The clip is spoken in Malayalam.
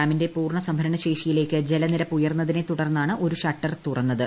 ഡാമിന്റെ പൂർണ സംഭരണ ശേഷിയിലേക്ക് ജലനിരപ്പ് ഉയർന്നതിനെ തുടർന്നാണ് ഒരു ഷട്ടർ തുറന്നത്